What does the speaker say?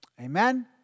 Amen